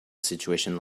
situation